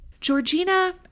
Georgina